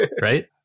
right